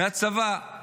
מהצבא,